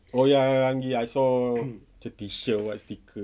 oh ya ya ranggi I saw macam T-shirt what sticker whatever